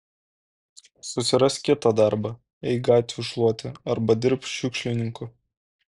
susirask kitą darbą eik gatvių šluoti arba dirbk šiukšlininku